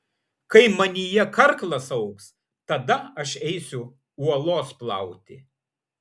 kai manyje karklas augs tada aš eisiu uolos plauti